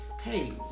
hey